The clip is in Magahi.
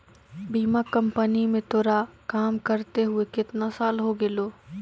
बीमा कंपनी में तोरा काम करते हुए केतना साल हो गेलो